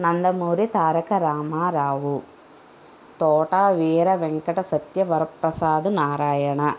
Nandamuri Tarakaramarao Thota Veera Venkata Satyavara Prasad Narayana